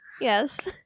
Yes